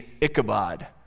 Ichabod